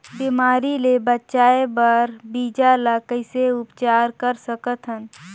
बिमारी ले बचाय बर बीजा ल कइसे उपचार कर सकत हन?